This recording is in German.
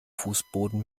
fußboden